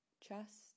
chest